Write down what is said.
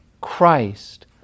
Christ